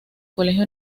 colegio